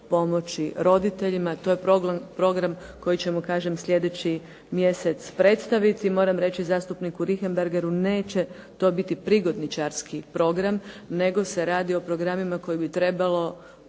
pomoći roditeljima, to je program koji ćemo kažem slijedeći mjesec predstaviti. I moram reći zastupniku Richemberghu neće to biti prigodničarski program nego se radi o programima koje bi trebalo